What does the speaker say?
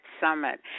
Summit